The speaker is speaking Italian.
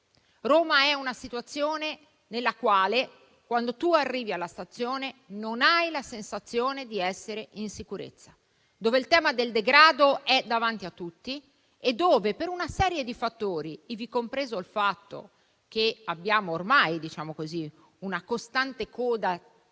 Roma è in una situazione in cui, quando si arriva alla stazione, non si ha la sensazione di essere in sicurezza e dove il tema del degrado è davanti a tutti per una serie di fattori, ivi compreso il fatto che vi è ormai una costante coda in